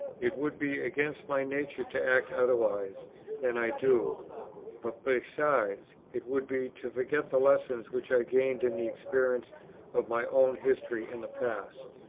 it would be against my nature to act otherwise than i do but besides, it would be to forget the lessons which i gained in the experience of my own history in the past.